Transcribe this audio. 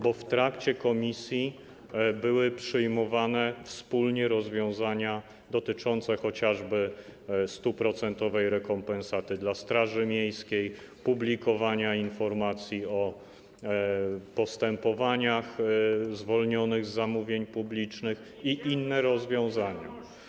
Bo w trakcie posiedzenia komisji były przyjmowane wspólnie rozwiązania dotyczące chociażby 100% rekompensaty dla straży miejskiej, publikowania informacji o postępowaniach zwolnionych z zasad dotyczących zamówień publicznych i inne rozwiązania.